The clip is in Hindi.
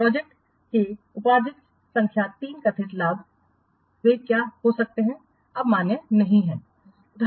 प्रोजेक्ट से उपार्जित संख्या तीन कथित लाभ वे क्या सकते हैं अब मान्य नहीं है